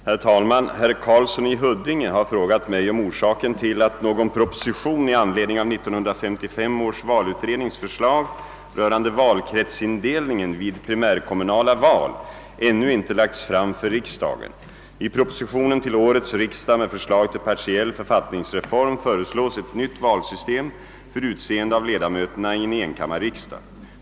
Herr talman! Herr Karlsson i Huddinge har frågat mig om orsaken till att någon proposition i anledning av 1955 års valutrednings förslag rörande valkretsindelningen vid primärkommunala val ännu inte lagts fram för riksdagen. I propositionen till årets riksdag med förslag till partiell författningsreform föreslås ett nytt valsystem för utseende av ledamöterna i en enkammarriksdag.